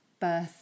birth